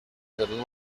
little